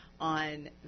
On